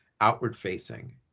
outward-facing